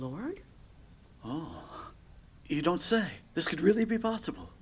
lord you don't say this could really be possible